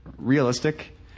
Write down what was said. Realistic